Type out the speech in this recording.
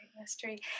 mystery